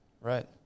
Right